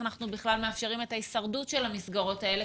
אנחנו בכלל מאפשרים את ההישרדות של המסגרות האלה,